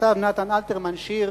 כתב נתן אלתרמן שיר,